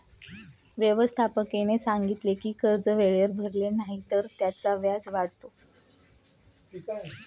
व्यवस्थापकाने सांगितले की कर्ज वेळेवर भरले नाही तर त्याचे व्याज वाढते